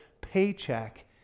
paycheck